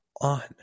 on